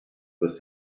with